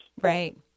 Right